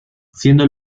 siendo